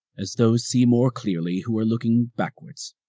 as those see more clearly who are looking backwards.